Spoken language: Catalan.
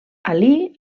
alí